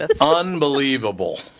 Unbelievable